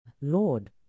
Lord